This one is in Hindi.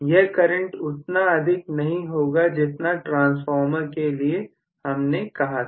यह करंट उतना अधिक नहीं होगा जितना ट्रांसफार्मर के लिए हमने कहा था